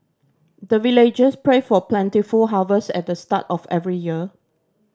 the villagers pray for plentiful harvest at the start of every year